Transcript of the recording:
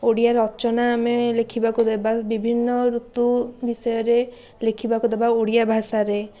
ଓଡ଼ିଆ ରଚନା ଆମେ ଲେଖିବାକୁ ଦେବା ବିଭିନ୍ନ ଋତୁ ବିଷୟରେ ଲେଖିବାକୁ ଦେବା ଓଡ଼ିଆ ଭାଷାରେ